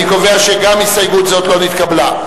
אני קובע שהסתייגות 4 לא עברה.